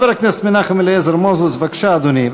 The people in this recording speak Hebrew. חבר הכנסת מנחם אליעזר מוזס, בבקשה, אדוני.